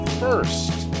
first